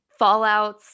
fallouts